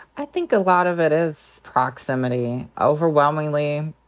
i think a lot of it is proximity. overwhelmingly,